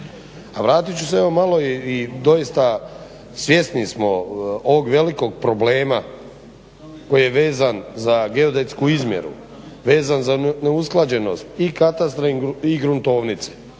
vratit ću se evo malo i doista svjesni smo ovog velikog problema koji je vezan za geodetsku izmjeru, vezan za neusklađenost i katastra i gruntovnice.